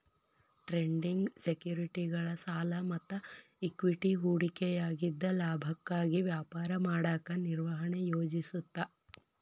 trading ಸೆಕ್ಯುರಿಟಿಗಳ ಸಾಲ ಮತ್ತ ಇಕ್ವಿಟಿ ಹೂಡಿಕೆಯಾಗಿದ್ದ ಲಾಭಕ್ಕಾಗಿ ವ್ಯಾಪಾರ ಮಾಡಕ ನಿರ್ವಹಣೆ ಯೋಜಿಸುತ್ತ